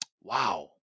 Wow